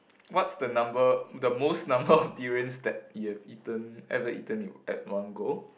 what's the number the most number of durians that you have eaten ever eaten at one go